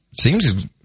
seems